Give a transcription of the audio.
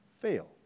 fail